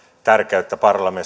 tärkeyttä